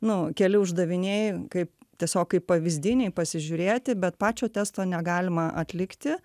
nu keli uždaviniai kaip tiesiog kaip pavyzdiniai pasižiūrėti bet pačio testo negalima atlikti